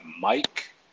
mike